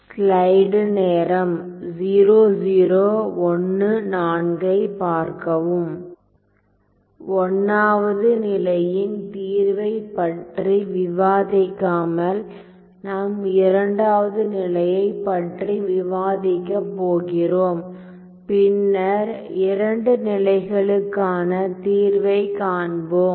1 வது நிலையின் தீர்வைப் பற்றி விவாதிக்காமல் நாம் 2 வது நிலையைப் பற்றி விவாதிக்கப் போகிறோம் பின்னர் இரண்டு நிலைகளுக்கான தீர்வை காண்போம்